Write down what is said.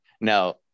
Now